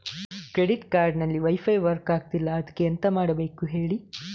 credit card ಅಲ್ಲಿ wifi work ಆಗ್ತಿಲ್ಲ ಅದ್ಕೆ ಎಂತ ಮಾಡಬೇಕು ಹೇಳಿ